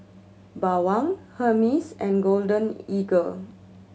Bawang Hermes and Golden Eagle